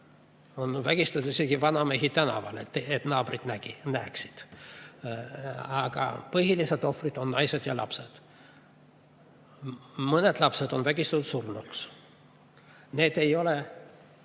On vägistatud isegi vanamehi tänaval, et naabrid näeksid, aga põhilised ohvrid on naised ja lapsed. Mõned lapsed on vägistatud surnuks. Need ei ole,